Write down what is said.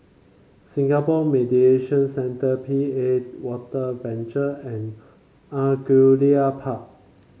Singapore Mediation Centre P A Water Venture and Angullia Park